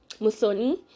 musoni